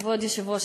כבוד היושב-ראש,